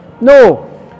No